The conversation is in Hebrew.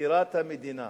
מזכירת המדינה,